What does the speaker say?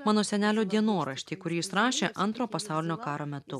mano senelio dienoraštį kurį jis rašė antro pasaulinio karo metu